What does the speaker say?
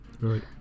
right